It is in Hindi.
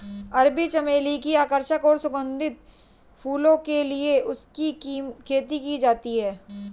अरबी चमली की आकर्षक और सुगंधित फूलों के लिए इसकी खेती की जाती है